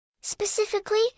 Specifically